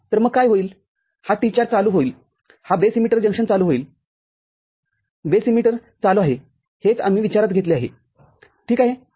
तर मग काय होईल हा T4 चालू होईलहा बेस इमिटर जंक्शन चालू होईलबेस इमिटर चालू आहे हेच आम्ही विचारात घेतले आहे ठीक आहे